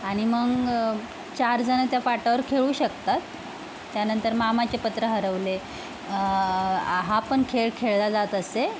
आणि मग चारजण त्या पाटावर खेळू शकतात त्यानंतर मामाचे पत्र हरवले हा पण खेळ खेळला जात असे